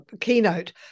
keynote